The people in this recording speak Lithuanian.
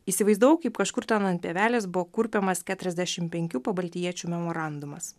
įsivaizdavau kaip kažkur ten ant pievelės buvo kurpiamas keturiasdešimt penkių pabaltijiečių memorandumas